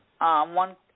one